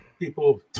People